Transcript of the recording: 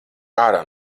ārā